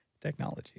Technology